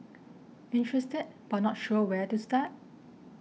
interested but not sure where to start